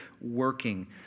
working